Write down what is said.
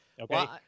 Okay